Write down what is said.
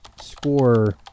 score